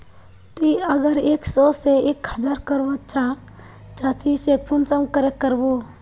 ती अगर एक सो से एक हजार करवा चाँ चची ते कुंसम करे करबो?